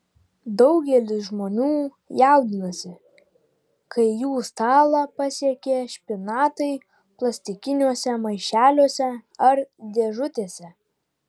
daugelis žmonių jaudinasi kai jų stalą pasiekia špinatai plastikiniuose maišeliuose ar dėžutėse